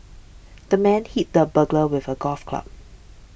the man hit the burglar with a golf club